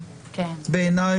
בעיניי,